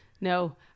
No